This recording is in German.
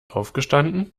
aufgestanden